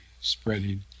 spreading